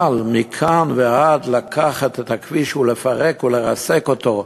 אבל מכאן ועד לקחת את הכביש ולפרק ולרסק אותו,